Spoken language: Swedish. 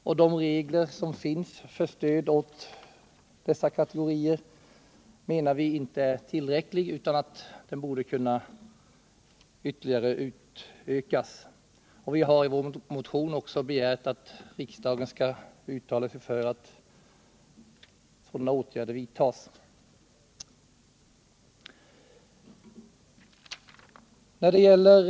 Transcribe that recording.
Och de regler som finns för stöd till dem är, menar vi, inte tillräckligt generösa, utan stödet borde kunna utökas ytterligare. Vi har i vår motion i den frågan också begärt att riksdagen skall uttala sig för att sådana åtgärder vidtas att det stödet kan ökas.